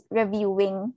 reviewing